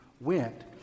went